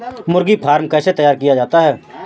मुर्गी फार्म कैसे तैयार किया जाता है?